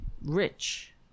rich